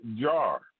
jar